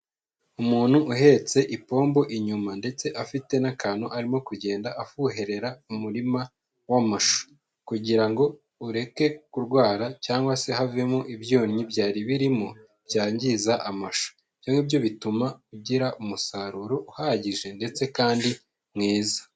Umuntu uhetse ipombo inyuma, ndetse afite n'akantu arimo kugenda afuherera mu murima w'amashu kugira ngo ureke kurwara cyangwa se havemo ibyonnyi byari birimo byangiza amashu, ibyongibyo bituma ugira umusaruro uhagije ndetse kandi mwiza.